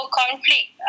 conflict